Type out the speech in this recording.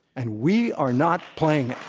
and we are not playing it.